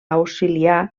auxiliar